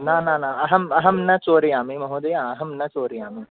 न न न अहम् अहं न चोरयामि महोदया अहं न चोरयामि